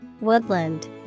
woodland